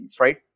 right